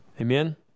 Amen